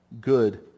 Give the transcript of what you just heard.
good